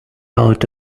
out